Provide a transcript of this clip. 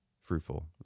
fruitful